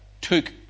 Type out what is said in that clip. took